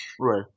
Right